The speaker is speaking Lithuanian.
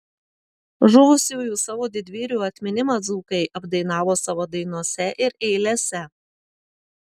žuvusiųjų savo didvyrių atminimą dzūkai apdainavo savo dainose ir eilėse